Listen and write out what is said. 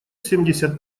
семьдесят